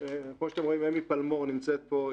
אמי פלמור נמצאת פה.